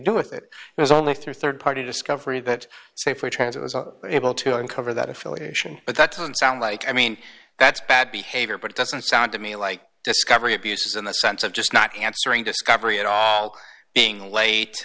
do with it it was only through rd party discovery that safer transit was able to uncover that affiliation but that doesn't sound like i mean that's bad behavior but it doesn't sound to me like discovery abuses in the sense of just not answering discovery at all being late